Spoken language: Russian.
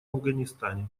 афганистане